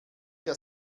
der